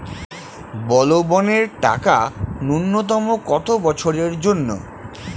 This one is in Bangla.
বলবনের টাকা ন্যূনতম কত বছরের জন্য?